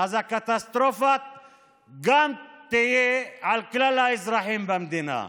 אז הקטסטרופה תהיה גם לכלל האזרחים במדינה.